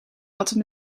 altijd